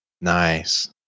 Nice